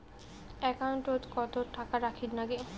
একাউন্টত কত টাকা রাখীর নাগে?